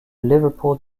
liverpool